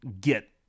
get